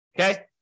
Okay